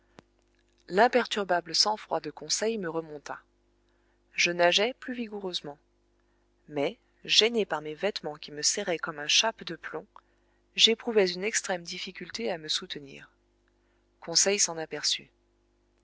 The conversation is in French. l'imperturbable sang-froid de conseil me remonta je nageai plus vigoureusement mais gêné par mes vêtements qui me serraient comme un chape de plomb j'éprouvais une extrême difficulté à me soutenir conseil s'en aperçut